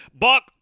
Buck